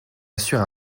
assure